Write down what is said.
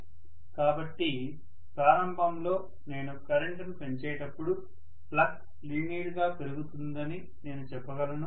కాబట్టి ప్రారంభంలో నేను కరెంటును పెంచేటప్పుడు ఫ్లక్స్ లీనియర్ గా పెరుగుతుందని నేను చెప్పగలను